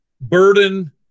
burden